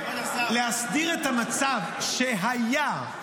להסדיר את המצב שהיה,